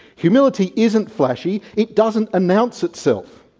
humility isn't flashy, it doesn't announce itself.